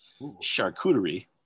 Charcuterie